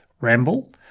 ramble